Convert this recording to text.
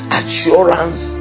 assurance